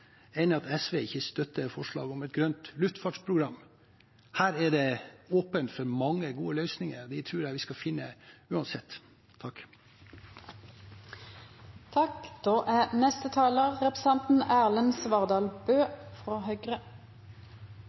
enn at SV ikke støtter forslaget om et grønt luftfartsprogram. Her er det åpent for mange gode løsninger. De tror jeg vi skal finne uansett.